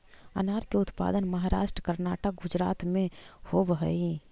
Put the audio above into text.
अनार के उत्पादन महाराष्ट्र, कर्नाटक, गुजरात में होवऽ हई